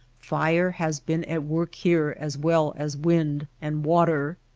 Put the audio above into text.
fire has been at work here as well as wind and water.